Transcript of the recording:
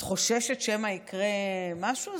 את חוששת שמא יקרה משהו?